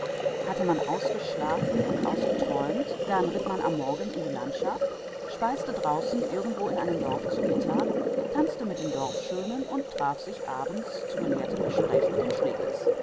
hatte man ausgeschlafen und ausgeträumt ritt man am morgen in die landschaft speiste draußen in einem dorf zu mittag tanzte mit den dorfschönen und traf sich abends zu gelehrtem gespräch mit den schlegels